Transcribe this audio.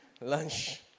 lunch